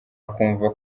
akumva